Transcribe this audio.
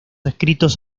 escritos